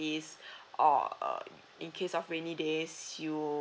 ~ase of uh in case of rainy days you'll